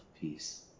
peace